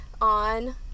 on